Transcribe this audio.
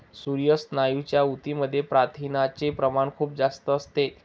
सर्व स्नायूंच्या ऊतींमध्ये प्रथिनांचे प्रमाण खूप जास्त असते